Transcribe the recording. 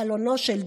קלונו של דרעי,